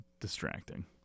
distracting